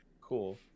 cool